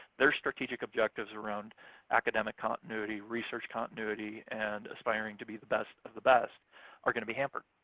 their strategic objectives around academic continuity, research continuity, and aspiring to be the best of the best are gonna be hampered,